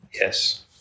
Yes